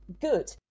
good